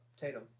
Tatum